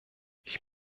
ich